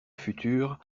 futur